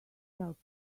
help